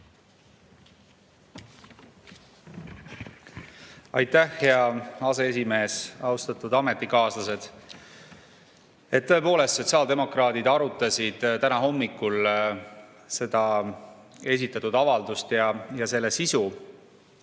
Aitäh, hea aseesimees! Austatud ametikaaslased! Tõepoolest, sotsiaaldemokraadid arutasid täna hommikul seda esitatud avaldust ja selle sisu.